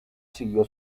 siguió